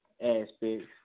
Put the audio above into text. aspects